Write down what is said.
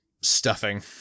Stuffing